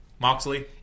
Moxley